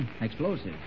Explosives